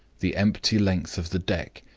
the empty length of the deck,